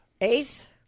Ace